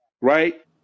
right